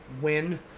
win